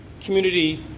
community